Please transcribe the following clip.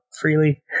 freely